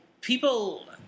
People